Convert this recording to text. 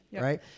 right